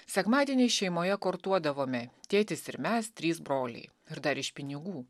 sekmadienį šeimoje kortuodavome tėtis ir mes trys broliai ir dar iš pinigų